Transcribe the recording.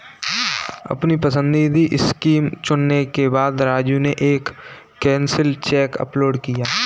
अपनी पसंदीदा स्कीम चुनने के बाद राजू ने एक कैंसिल चेक अपलोड किया